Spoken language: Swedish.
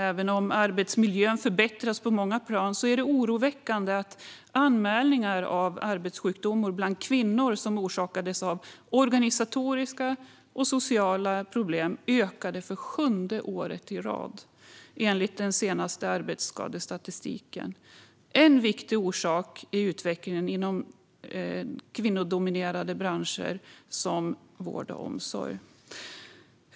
Även om arbetsmiljön förbättras på många plan är det oroväckande att anmälningarna av arbetssjukdomar bland kvinnor som orsakats av organisatoriska och sociala problem ökade för sjunde året i rad, enligt den senaste arbetsskadestatistiken. En viktig orsak till detta är utvecklingen inom kvinnodominerade branscher, som vård och omsorg.